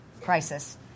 crisis